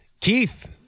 Keith